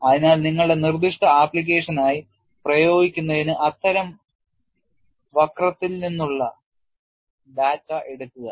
അതിനാൽ നിങ്ങളുടെ നിർദ്ദിഷ്ട ആപ്ലിക്കേഷനായി പ്രയോഗിക്കുന്നതിന് അത്തരം വക്രത്തിൽ നിന്നുള്ള ഡാറ്റ എടുക്കുക